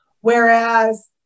whereas